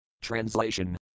Translation